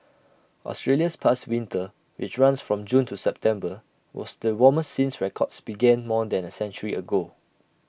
Australia's past winter which runs from June to September was the warmest since records began more than A century ago